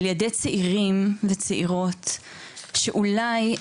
על ידי צעירים וצעירות, שאולי,